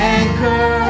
anchor